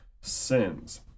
sins